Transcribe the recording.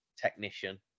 technician